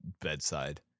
bedside